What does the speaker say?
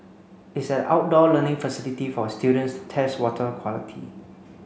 it's an outdoor learning facility for students to test water quality